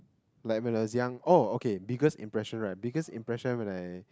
like when I was young oh okay biggest impression right biggest impression when I